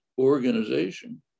organization